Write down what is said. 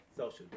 Social